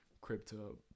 crypto